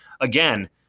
again